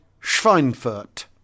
Schweinfurt